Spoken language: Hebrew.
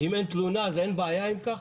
אם אין תלונה אז אין בעיה אם כך?